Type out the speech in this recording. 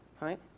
right